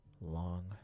long